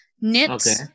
Knits